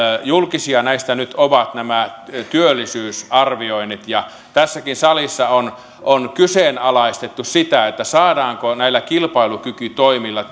julkisia näistä nyt ovat nämä työllisyysarvioinnit tässäkin salissa on on kyseenalaistettu sitä saadaanko näillä kilpailukykytoimilla